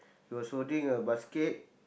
he was holding a basket